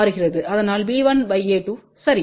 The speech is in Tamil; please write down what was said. அதனால் b1 a2 சரி